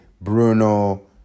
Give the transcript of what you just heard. Bruno